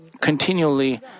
continually